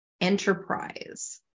enterprise